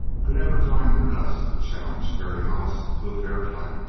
could ever find the guts to challenge terry hollis to a fair fight.